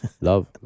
Love